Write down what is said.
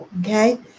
okay